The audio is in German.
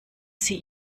sie